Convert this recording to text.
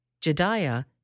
Jediah